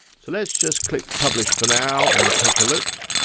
so let's just click publish for now and take a look.